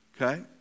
Okay